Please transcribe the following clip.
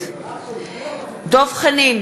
דב חנין,